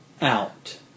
out